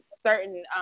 certain